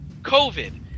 COVID